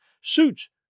Suits